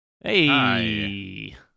Hey